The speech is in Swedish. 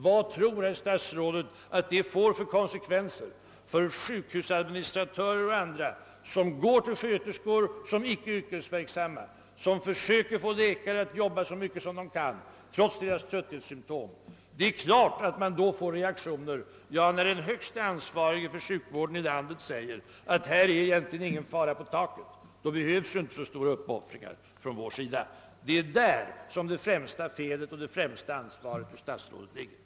Vad tror statsrådet att denna attityd får för konsekvenser för sjukhusadministratörer och andra, som vänder sig till sjuksköterskor som icke är yrkesverksamma och som försöker få läkare att arbeta så mycket de kan trots trötthetssymtom? Det är klart att det blir negativa reaktioner när den högste ansvarige för sjukvården i landet säger, att det egentligen inte är någon fara på taket. Då behövs det inte så stora uppoffringar måste många tänka. Det är här det främsta felet hos och det största ansvaret på statsrådet ligger.